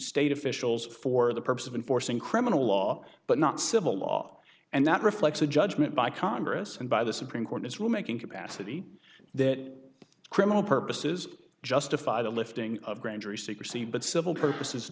state officials for the purpose of enforcing criminal law but not civil law and that reflects a judgment by congress and by the supreme court is really making capacity that criminal purposes justify the lifting of grand jury secrecy but civil purposes